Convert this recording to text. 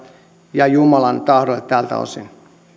ja jumalan tahdolle tältä osin